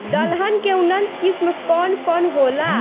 दलहन के उन्नत किस्म कौन कौनहोला?